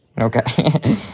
Okay